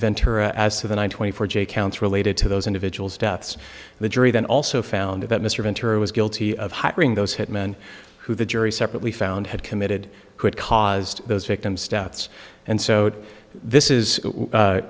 ventura as to the one twenty four j counts related to those individuals deaths the jury then also found that mr ventura was guilty of hiring those hit men who the jury separately found had committed caused those victims deaths and so this is